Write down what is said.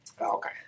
Okay